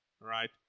right